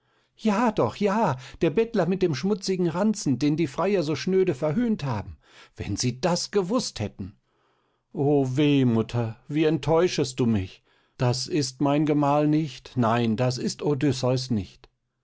ja doch ja der bettler mit dem schmutzigen ranzen den die freier so schnöde verhöhnt haben wenn sie das gewußt hätten o weh mutter wie enttäuschest du mich das ist mein gemahl nicht nein das ist odysseus nicht